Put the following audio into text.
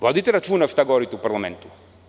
Vodite računa šta govorite u parlamentu.